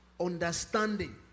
understanding